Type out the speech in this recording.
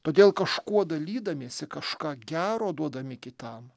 todėl kažkuo dalydamiesi kažką gero duodami kitam